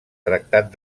tractat